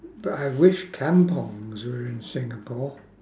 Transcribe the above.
but I wish kampungs were in singapore